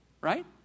right